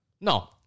No